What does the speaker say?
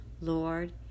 Lord